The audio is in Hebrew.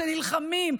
שנלחמים,